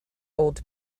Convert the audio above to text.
old